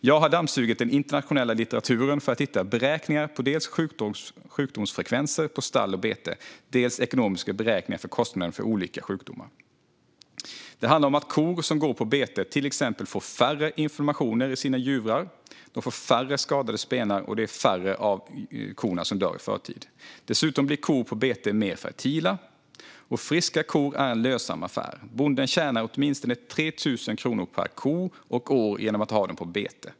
"Jag har dammsugit den internationella litteraturen för att hitta beräkningar på dels sjukdomsfrekvenser på stall och bete, dels ekonomiska beräkningar för kostnader för olika sjukdomar. Det handlar om att kor som går på bete till exempel får färre inflammationer i sina juver, färre skadade spenar och att det är färre som dör i förtid. Dessutom blir kor på bete mer fertila. Och friska kor är en lönsam affär. Bonden tjänar åtminstone 3000 kronor per ko och år genom att ha dem på bete.